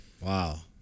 Wow